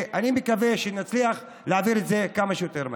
אני מקווה שנצליח להעביר את זה כמה שיותר מהר.